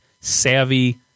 savvy